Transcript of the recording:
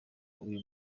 uyu